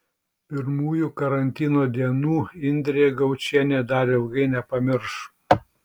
pirmųjų karantino dienų indrė gaučienė dar ilgai nepamirš